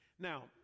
Now